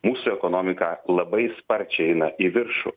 mūsų ekonomika labai sparčiai eina į viršų